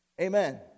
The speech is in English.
Amen